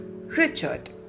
Richard